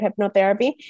hypnotherapy